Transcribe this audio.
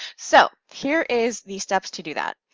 so, here is the steps to do that.